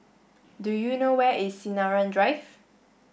do you know where is Sinaran Drive